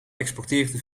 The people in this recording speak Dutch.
exporteert